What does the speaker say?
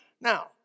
Now